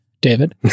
David